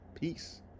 Peace